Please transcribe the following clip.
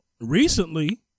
recently